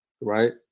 Right